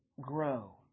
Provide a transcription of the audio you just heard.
grow